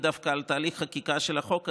דווקא על תהליך החקיקה של החוק הזה,